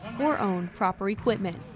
or own proper equipment.